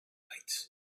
lights